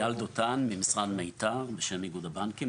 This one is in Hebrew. אייל דותן ממשרד מיתר, בשם איגוד הבנקים.